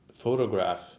photograph